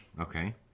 Okay